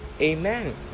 Amen